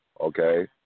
okay